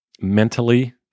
mentally